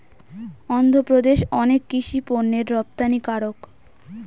অন্ধ্রপ্রদেশ অনেক কৃষি পণ্যের রপ্তানিকারক